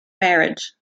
marriage